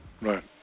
Right